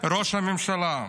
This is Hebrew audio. ראש הממשלה.